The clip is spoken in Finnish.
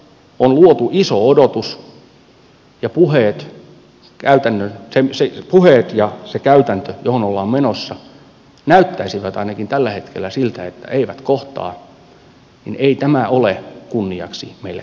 mutta tämä tilanne jossa on luotu iso odotus mutta näyttäisi ainakin tällä hetkellä siltä että puheet ja se käytäntö johon ollaan menossa eivät kohtaa ei ole kunniaksi meille kenellekään